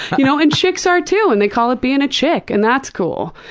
you know and chicks are too. and they call it being a chick and that's cool.